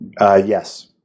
Yes